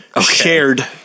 shared